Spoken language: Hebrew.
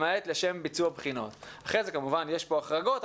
למעט לשם ביצוע בחינות." אחרי זה כמובן יש החרגות,